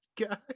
guy